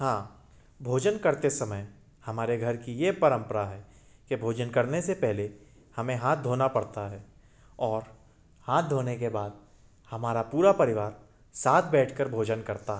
हाँ भोजन करते समय हमारे घर की ये परंपरा है कि भोजन करने से पहले हमें हाथ धोना पड़ता है और हाथ धोने के बाद हमारा पूरा परिवार साथ बैठकर भोजन करता है